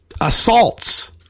assaults